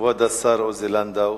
כבוד השר עוזי לנדאו,